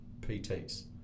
PTs